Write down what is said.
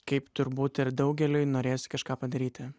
kaip turbūt ir daugeliui norėjosi kažką padaryti